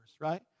right